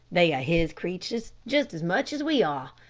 they are his creatures just as much as we are.